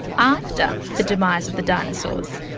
after the demise of the dinosaurs.